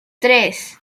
tres